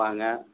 வாங்க